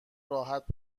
راحت